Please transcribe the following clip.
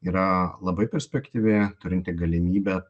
yra labai perspektyvi turinti galimybę